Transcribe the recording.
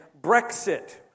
Brexit